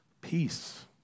peace